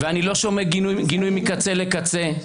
ואני לא שומע גינוי מקצה לקצה.